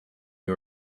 you